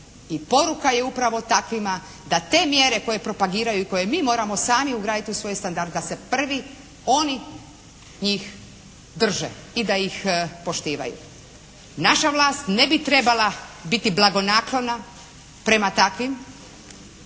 I poruka je upravo takvima da te mjere koje propagiraju i koje moramo mi sami ugraditi u svoj standard, da se prvi oni, njih drže i da ih poštivaju. Naša vlast ne bi trebala biti blagonaklona prema takvim